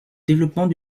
développement